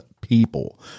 people